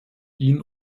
ihnen